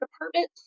department